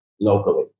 locally